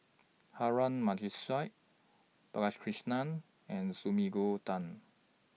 Harun Aminurrashid Balakrishnan and Sumiko Tan